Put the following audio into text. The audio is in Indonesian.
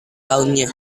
tahunnya